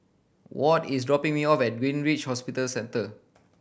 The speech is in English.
Ward is dropping me off at Greenridge Hospital Centre